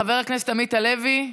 חבר הכנסת עמית הלוי,